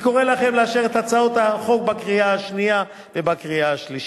אני קורא לכם לאשר את הצעת החוק בקריאה השנייה ובקריאה השלישית.